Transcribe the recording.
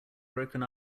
broken